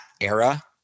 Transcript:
era